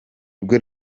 rwe